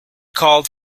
called